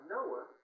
Noah